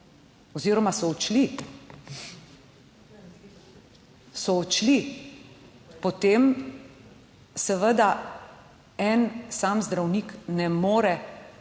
oziroma so odšli, so odšli, potem seveda en sam zdravnik ne more